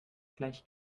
gleich